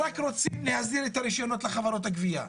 רוצים רק להסדיר את הרישיונות לחברות הגבייה.